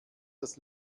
das